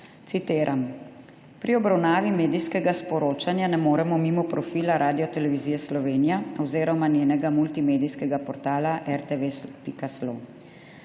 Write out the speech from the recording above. Citiram: »Pri obravnavi medijskega sporočanja ne moremo mimo profila Radiotelevizije Slovenija oziroma njenega multimedijskega portala RTVSLO.si.